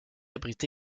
abrite